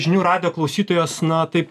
žinių radijo klausytojas na taip